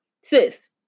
sis